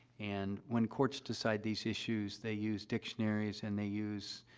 and when courts decide these issues, they use dictionaries, and they use,